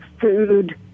food